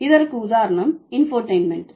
இதற்கு உதாரணம் இன்ஃபோடெயின்மென்ட்